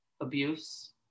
abuse